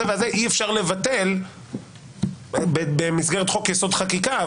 והזה אי-אפשר לבטל במסגרת חוק-יסוד: חקיקה.